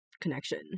connection